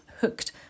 hooked